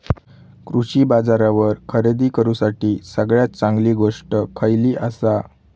कृषी बाजारावर खरेदी करूसाठी सगळ्यात चांगली गोष्ट खैयली आसा?